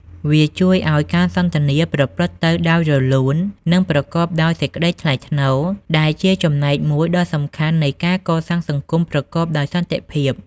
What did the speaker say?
វាជួយឱ្យការសន្ទនាប្រព្រឹត្តទៅដោយរលូន និងប្រកបដោយសេចក្តីថ្លៃថ្នូរ ដែលជាចំណែកមួយដ៏សំខាន់នៃការកសាងសង្គមប្រកបដោយសន្តិភាព។